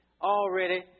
already